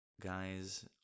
guys